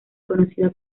conocida